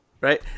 Right